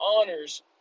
honors